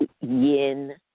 yin